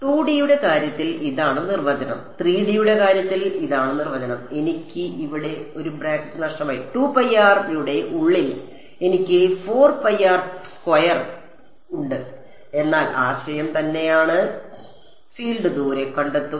2 D യുടെ കാര്യത്തിൽ ഇതാണ് നിർവചനം 3 D യുടെ കാര്യത്തിൽ ഇതാണ് നിർവചനം എനിക്ക് ഇവിടെ ഒരു ബ്രാക്കറ്റ് നഷ്ടമായി യുടെ ഉള്ളിൽ എനിക്ക് ഒരു ഉണ്ട് എന്നാൽ ആശയം തന്നെയാണ് ഫീൽഡ് ദൂരെ കണ്ടെത്തുക